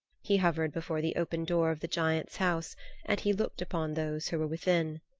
he hovered before the open door of the giant's house and he looked upon those who were within.